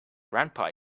grandpa